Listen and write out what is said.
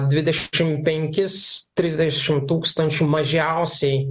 dvidešimt penkis trisdešimt tūkstančių mažiausiai